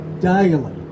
daily